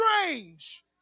strange